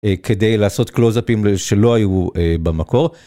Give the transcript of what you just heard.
כדי לעשות קלוזפים שלא היו במקור.